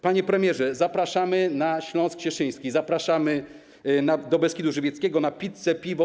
Panie premierze, zapraszamy na Śląsk Cieszyński, zapraszamy w Beskid Żywiecki na pizzę, piwo.